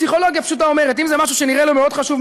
פסיכולוגיה פשוטה אומרת: אם זה משהו שנראה לו מאוד חשוב,